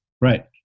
Right